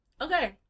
okay